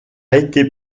été